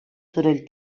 soroll